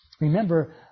Remember